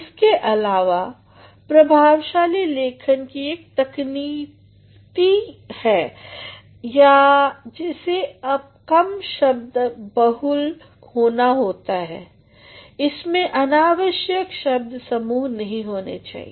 इसके अलावा प्रभावशाली लेखन की एक तकनीकीता ये है की इसे कम शब्दबहुल होना होता है इसमें अनावश्यक शब्द समूह नहीं होने चाहिए